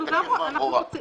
אנחנו רוצים את זה.